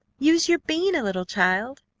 use your bean a little, child.